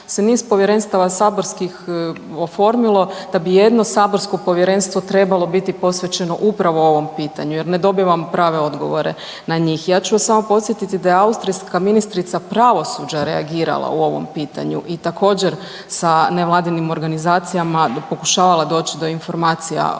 se niz povjerenstava saborskih oformilo da bi jedno saborsko povjerenstvo trebalo biti posvećeno upravo ovom pitanju jer ne dobivam prave odgovore na njih. Ja ću vas samo podsjetiti da je austrijska ministrica pravosuđa reagirala u ovom pitanju i također sa nevladinim organizacijama pokušavala doći do informacija od